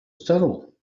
startled